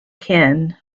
kin